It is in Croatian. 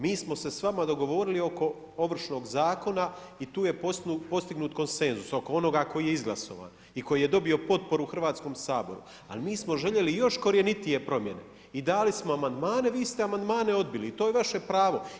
Mi smo se s vama dogovorili oko Ovršnog zakona i tu je postignut konsenzus, oko onoga koji je izglasovan i koji je dobio potporu u Hrvatskom saboru. ali mi smo željeli još korjenitije promjene i dali smo amandmane i vi ste amandmane odbili i to je vaše pravo.